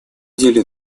деле